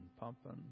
pumping